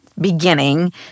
beginning